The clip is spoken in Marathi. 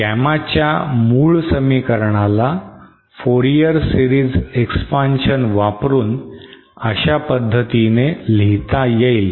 Gamma च्या मूळ समीकरणाला Fourier series expansion वापरून अशा पद्धतीने लिहिता येईल